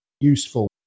useful